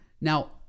Now